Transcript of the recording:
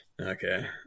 Okay